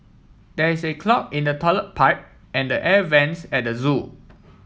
there is a clog in the toilet pipe and the air vents at zoo